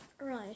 Right